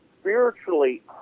spiritually